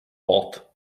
pot